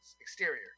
Exterior